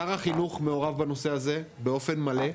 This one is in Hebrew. שר החינוך מעורב בנושא הזה באופן מלא,